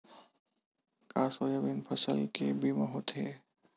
का सोयाबीन फसल के बीमा होथे?